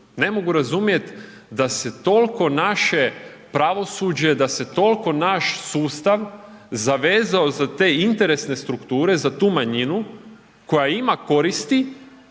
Ne mogu razumjeti da se toliko naše pravosuđe, da se toliko naš sustav zavezao za te interesne strukture, za tu manjinu koja ima koristi